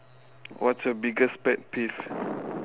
what's your biggest pet peeve